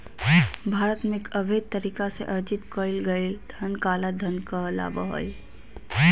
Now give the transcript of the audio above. भारत में, अवैध तरीका से अर्जित कइल गेलय धन काला धन कहलाबो हइ